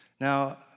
Now